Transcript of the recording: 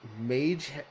Mage